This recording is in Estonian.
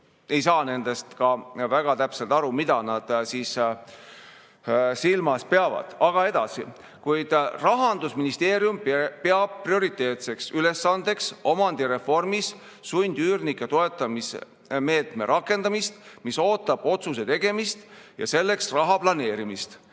tõesti ei saa väga täpselt aru, mida nad silmas peavad. Ent edasi: Rahandusministeerium peab prioriteetseks ülesandeks omandireformis sundüürnike toetamise meetme rakendamist, mis ootab otsuse tegemist ja selleks raha planeerimist.